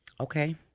Okay